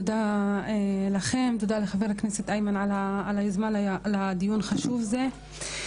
תודה לכם ותודה לחה"כ איימן על היוזמה לדיון החשוב הזה.